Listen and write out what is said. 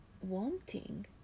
wanting